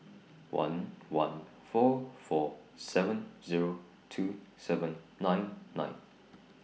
one one four four seven Zero two seven nine nine